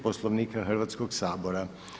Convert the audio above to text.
Poslovnika Hrvatskog sabora.